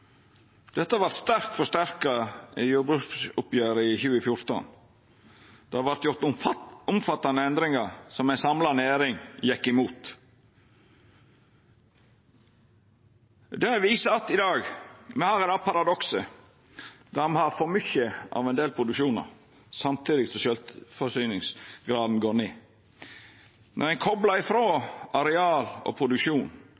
Dette vart sterkt forsterka i jordbruksoppgjeret i 2014 då det vart gjort omfattande endringar som ei samla næring gjekk imot. Det viser att i dag. Me har det paradokset at me har for mykje produksjon av ein del mat, samtidig som sjølvforsyningsgraden går ned. Me koplar